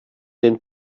den